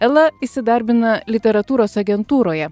ela įsidarbina literatūros agentūroje